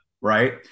right